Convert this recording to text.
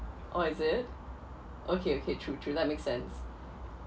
oh is it okay okay true true that make sense